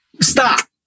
Stop